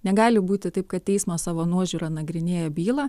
negali būti taip kad teismas savo nuožiūra nagrinėja bylą